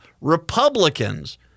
Republicans